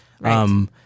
right